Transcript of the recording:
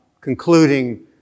concluding